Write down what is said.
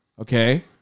Okay